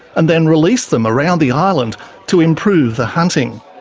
and then released them around the island to improve the hunting.